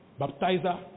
baptizer